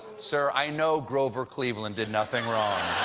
sir, i know grover cleveland did nothing wrong.